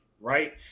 right